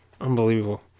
Unbelievable